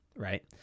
right